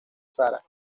sara